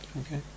Okay